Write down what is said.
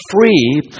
free